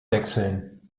wechseln